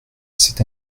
c’est